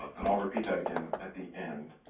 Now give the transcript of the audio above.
and i'll repeat that again at the end